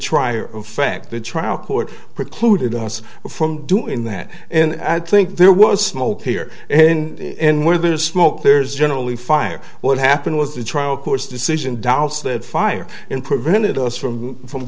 or affect the trial court precluded us from doing that and i think there was smoke here and where there's smoke there's generally fire what happened was the trial court's decision doubts that fire and prevented us from from